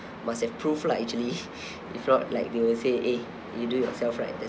must have proof lah actually if not like they will say eh you do yourself right that's why